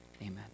Amen